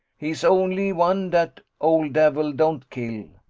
he's only one dat ole davil don't kill.